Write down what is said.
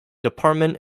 department